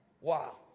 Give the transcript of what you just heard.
wow